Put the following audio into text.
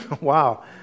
Wow